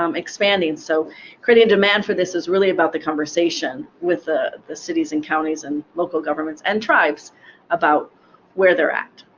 um expanding. so creating a demand for this is really about the conversation with ah the cities and counties and local governments and tribes about where they're at.